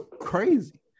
crazy